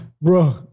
Bro